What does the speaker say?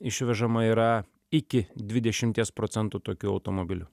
išvežama yra iki dvidešimties procentų tokių automobilių